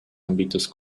ámbitos